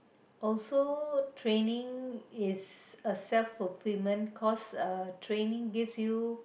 also training is a self fulfillment course uh training gives you